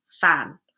fan